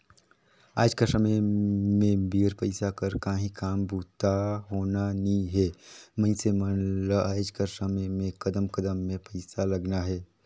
आएज कर समे में बिगर पइसा कर काहीं काम बूता होना नी हे मइनसे मन ल आएज कर समे में कदम कदम में पइसा लगना हे